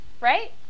right